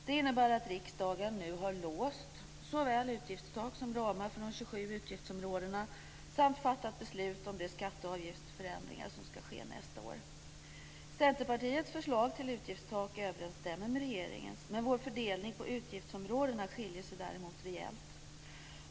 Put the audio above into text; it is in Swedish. Det innebär att riksdagen nu har låst såväl utgiftstak som ramar för de 27 utgiftsområdena samt fattat beslut om de skatte och avgiftsförändringar som ska ske nästa år. Centerpartiets förslag till utgiftstak överensstämmer med regeringens, men vår fördelning på utgiftsområdena skiljer sig däremot rejält.